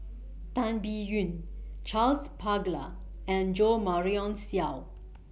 Tan Biyun Charles Paglar and Jo Marion Seow